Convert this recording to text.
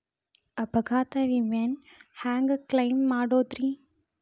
ಅಪಘಾತ ವಿಮೆನ ಹ್ಯಾಂಗ್ ಕ್ಲೈಂ ಮಾಡೋದ್ರಿ?